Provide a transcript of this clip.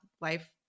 life